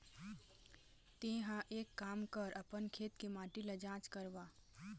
तेंहा एक काम कर अपन खेत के माटी ल जाँच करवा